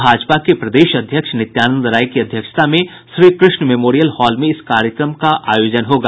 भाजपा के प्रदेश अध्यक्ष नित्यानंद राय की अध्यक्षता में श्रीकृष्ण मेमोरियल हॉल में इस कार्यक्रम का आयोजन होगा